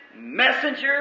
messenger